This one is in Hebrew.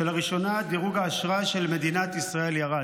שלראשונה דירוג האשראי של מדינת ישראל ירד.